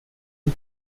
and